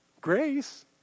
grace